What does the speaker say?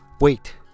Wait